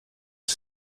que